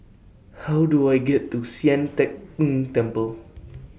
How Do I get to Sian Teck Tng Temple